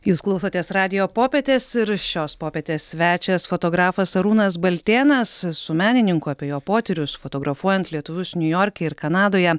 jūs klausotės radijo popietės ir šios popietės svečias fotografas arūnas baltėnas su menininku apie jo potyrius fotografuojant lietuvius niujorke ir kanadoje